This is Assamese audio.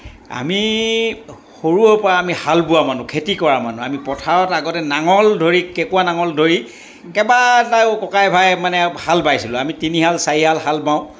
আমি সৰুৰ পৰা আমি হাল বোৱা মানুহ খেতি কৰা মানুহ আমি পথাৰত আগতে নাঙল ধৰি কেঁকোৰা ধৰি কেইবাটাও ককাই ভাই মানে হাল বাইছিলোঁ আমি তিনিহাল চাৰিহাল হাল বাওঁ